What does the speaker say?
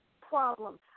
problem